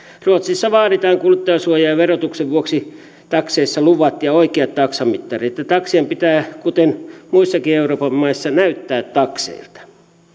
ruotsissa vaaditaan kuluttajansuojan ja verotuksen vuoksi takseissa luvat ja oikeat taksamittarit taksien pitää kuten muissakin euroopan maissa näyttää takseilta